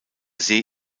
see